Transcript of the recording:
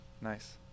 Nice